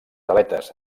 aletes